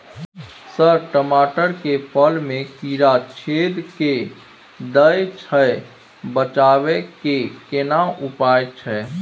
Sir टमाटर के फल में कीरा छेद के दैय छैय बचाबै के केना उपाय छैय?